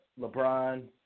LeBron